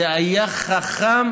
זה היה חכם,